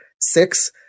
six